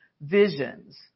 visions